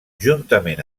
juntament